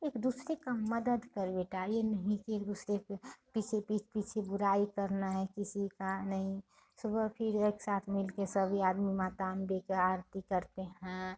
एक दूसरे का मदद करो बेटा ये नहीं कि एक दूसरे को पीछे पीठ पीछे बुराई करना है किसी का नहीं सुबह फिर एक साथ मिलके सभी आदमी माता अम्बे का आरती करते हैं